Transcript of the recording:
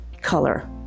color